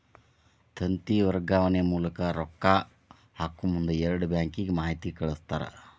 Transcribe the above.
ತಂತಿ ವರ್ಗಾವಣೆ ಮೂಲಕ ರೊಕ್ಕಾ ಹಾಕಮುಂದ ಎರಡು ಬ್ಯಾಂಕಿಗೆ ಮಾಹಿತಿ ಕಳಸ್ತಾರ